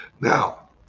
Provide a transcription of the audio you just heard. now